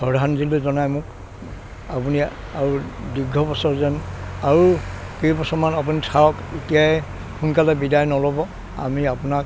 শ্ৰদ্ধাঞ্জলি জনায় মোক আপুনি আৰু দীৰ্ঘ বছৰ যেন আৰু কেইবছৰমান আপুনি থাকক এতিয়াই সোনকালে বিদায় নল'ব আমি আপোনাক